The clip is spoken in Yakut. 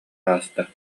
ааста